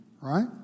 right